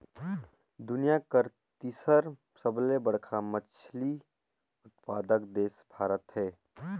दुनिया कर तीसर सबले बड़खा मछली उत्पादक देश भारत हे